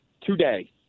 today